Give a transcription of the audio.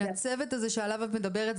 הצוות הזה שעליו את מדברת,